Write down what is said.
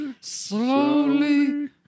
slowly